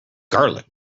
garlic